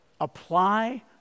apply